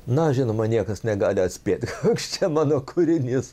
na žinoma niekas negali atspėt koks čia mano kūrinys